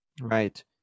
right